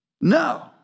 No